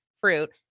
fruit